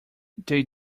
they